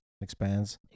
expands